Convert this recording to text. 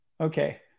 Okay